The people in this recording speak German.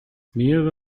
mehrere